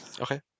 Okay